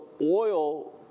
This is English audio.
oil